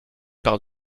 par